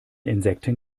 insekten